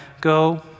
Go